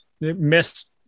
miss